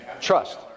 Trust